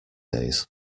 days